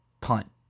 Punt